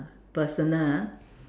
personal ah